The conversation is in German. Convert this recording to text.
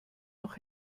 noch